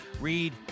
Read